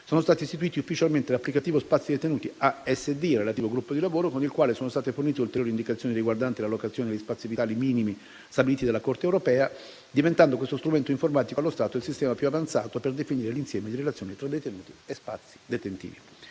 sono stati istituiti ufficialmente l'Applicativo spazi/detenuti (ASD) e relativo gruppo di lavoro, con il quale sono state fornite ulteriori indicazioni riguardanti l'allocazione degli spazi vitali minimi, stabiliti dalla Corte europea, diventando questo strumento informatico, allo stato, il sistema più avanzato per definire l'insieme di relazione tra detenuti e spazi detentivi.